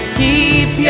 keep